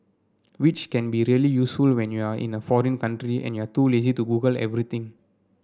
which can be really useful when you're in a foreign country and you're too lazy to Google everything